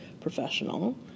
professional